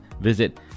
visit